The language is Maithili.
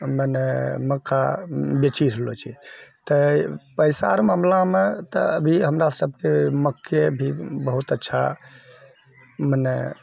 मने मक्का बेचि रहलऽ छिए तऽ पैसारऽ मामलामे तऽ अभी हमरा सभके मक्के भी बहुत अच्छा मने